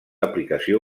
aplicació